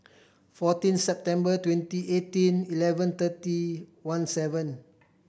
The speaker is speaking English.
fourteen September twenty eighteen eleven thirty one seven